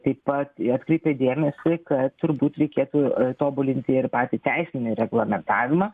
taip pat atkreipė dėmesį kad turbūt reikėtų tobulinti ir patį teisinį reglamentavimą